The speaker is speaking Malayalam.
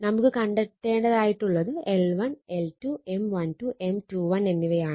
നമുക്ക് കണ്ടത്തേണ്ടതായിട്ടുള്ളത് L1 L2 M12 M21 എന്നിവയാണ്